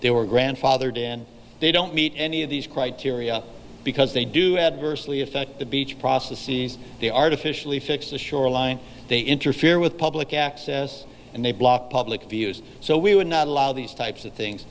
they were grandfathered in they don't meet any of these criteria because they do adversely affect the beach process sees the artificially fix the shoreline they interfere with public access and they block public views so we would not allow these types of things